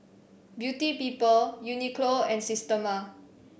Beauty People Uniqlo and Systema